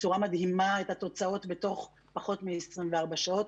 בצורה מדהימה את התוצאות בתוך פחות מ-24 שעות.